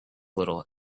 little